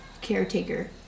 caretaker